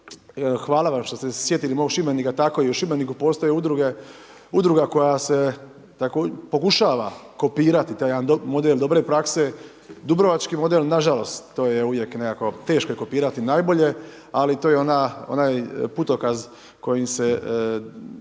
hvala vam što ste se sjetili mog Šibenika, tako i u Šibeniku postoje udruge, udruga koja se pokušava kopirati taj jedan model dobre prakse. Dubrovački model, nažalost, to je uvijek nekako teško je kopirati najbolje, ali to je onaj putokaz kojim se